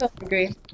agree